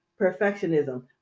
perfectionism